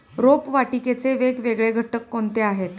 रोपवाटिकेचे वेगवेगळे घटक कोणते आहेत?